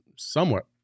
somewhat